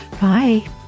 Bye